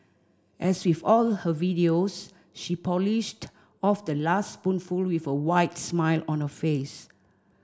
as with all her videos she polished off the last spoonful with a wide smile on her face